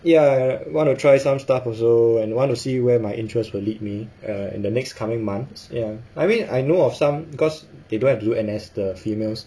ya I want to try some stuff also and want to see where my interests will lead me uh in the next coming months ya I mean I know of some cause they don't have to do N_S the females